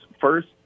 first